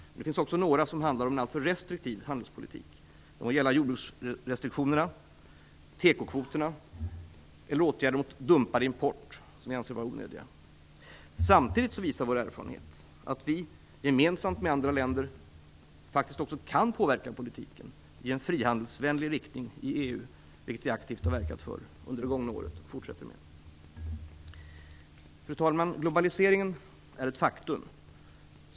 Men det finns också några som handlar om en alltför restriktiv handelspolitik. Det må gälla jordbruksrestriktionerna, TEKO-kvoterna eller åtgärder mot dumpad import, som jag anser vara onödiga. Samtidigt visar erfarenheten att Sverige gemensamt med andra länder faktiskt kan påverka politiken i EU i en frihandelsvänlig riktning, vilket vi aktivt verkat för under det gångna året och även fortsätter med. Fru talman! Globaliseringen är ett faktum.